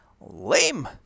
LAME